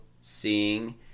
seeing